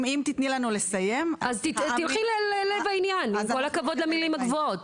לכי ללב העניין, עם כל הכבוד למילים הגבוהות.